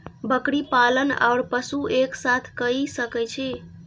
बकरी पालन ओर पशु एक साथ कई सके छी?